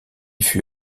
fut